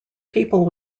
people